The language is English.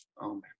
Amen